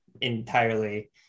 entirely